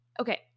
Okay